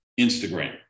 Instagram